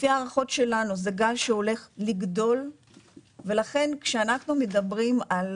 לפני ההערכות שלנו זה גל שהולך לגדול ולכן כשאנחנו מדברים על